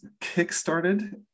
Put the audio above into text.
kickstarted